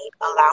Allow